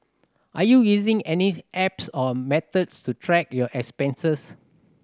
are you using any apps or methods to track your expenses